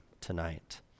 tonight